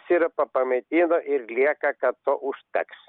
sirupą pamaitino ir lieka kad to užteks